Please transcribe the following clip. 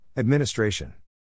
Administration